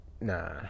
Nah